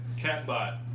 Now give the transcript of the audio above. Catbot